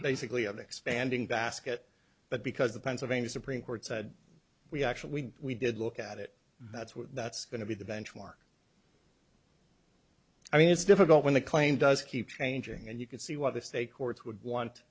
basically of expanding basket but because the pennsylvania supreme court said we actually we did look at it that's what that's going to be the benchmark i mean it's difficult when the claim does keep changing and you can see why the state courts would want